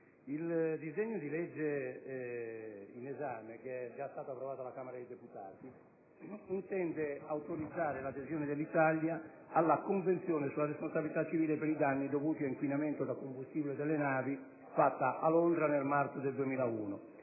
il disegno di legge in esame, già approvato dalla Camera dei deputati, intende autorizzare l'adesione dell'Italia alla Convenzione sulla responsabilità civile per i danni dovuti a inquinamento da combustibile delle navi, fatta a Londra nel marzo del 2001